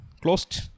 closed